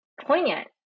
poignant